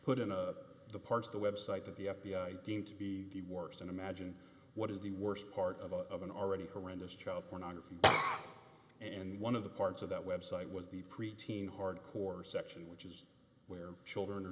put in a part of the website that the f b i deemed to be the worst and imagine what is the worst part of an already horrendous child pornography and one of the parts of that website was the preteen hard core section which is where children are